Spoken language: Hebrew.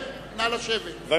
אני מתנצל.